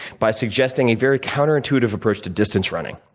by suggesting a very counterintuitive approach to distance running,